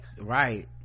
right